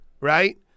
Right